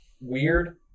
weird